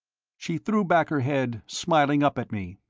she threw back her head, smiling up at me.